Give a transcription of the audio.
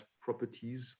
properties